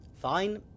Fine